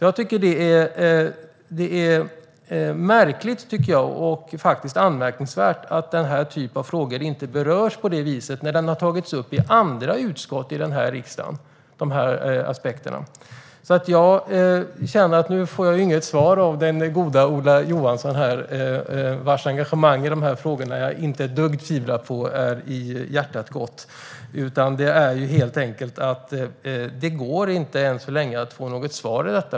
Jag tycker att det är märkligt och anmärkningsvärt att den här typen av frågor och aspekter inte berörs när den har tagits upp i andra utskott i den här riksdagen. Jag får ju inget svar av den gode Ola Johansson här vars engagemang i dessa frågor jag inte ett dugg tvivlar på är i hjärtat gott. Än så länge får jag inget svar.